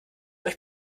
euch